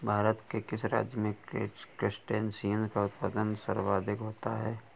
भारत के किस राज्य में क्रस्टेशियंस का उत्पादन सर्वाधिक होता है?